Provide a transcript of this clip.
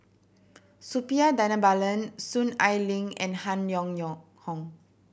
Suppiah Dhanabalan Soon Ai Ling and Han Yong Yong Hong